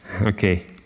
okay